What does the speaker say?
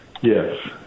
Yes